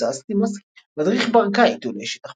הוצאת סטימצקי מדריך ברקאי - טיולי שטח